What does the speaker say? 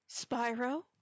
Spyro